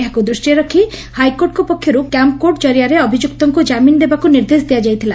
ଏହାକୁ ଦୃଷ୍ଟିରେ ରଖି ହାଇକୋର୍ଟଙ୍କ ପକ୍ଷରୁ କ୍ୟାମ୍ପ୍କୋର୍ଟ ଜରିଆରେ ଅଭିଯୁକ୍ତଙ୍କୁ ଜାମିନ ଦେବାକୁ ନିର୍ଦ୍ଦେଶ ଦିଆଯାଇଥିଲା